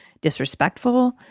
disrespectful